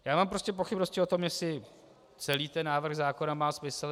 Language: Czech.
Já mám prostě pochybnosti o tom, jestli celý ten návrh zákona má smysl.